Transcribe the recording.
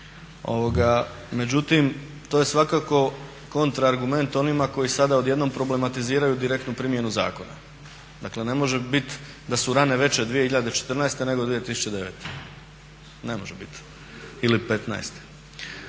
Međutim, to je svakako kontra argument onima koji sada odjednom problematiziraju direktnu primjenu zakona. Dakle, ne može bit da su rane veće 2014. nego 2009. Ne može bit ili